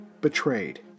Betrayed